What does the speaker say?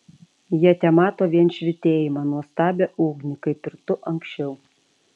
jie temato vien švytėjimą nuostabią ugnį kaip ir tu anksčiau